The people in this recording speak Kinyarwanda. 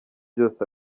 byose